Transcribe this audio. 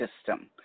system